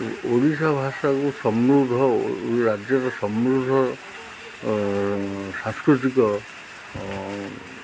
ଓଡ଼ିଶା ଭାଷାକୁ ସମୃଦ୍ଧ ରାଜ୍ୟର ସମୃଦ୍ଧ ସାଂସ୍କୃତିକ